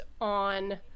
on